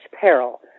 peril